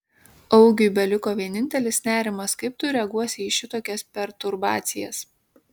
augiui beliko vienintelis nerimas kaip tu reaguosi į šitokias perturbacijas